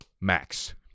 max